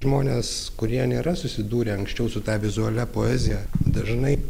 žmones kurie nėra susidūrę anksčiau su ta vizualia poezija dažnai